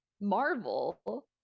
Marvel